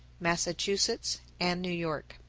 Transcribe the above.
massachusetts and new york.